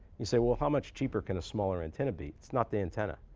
you say, well, how much cheaper can a smaller antenna be? it's not the antenna.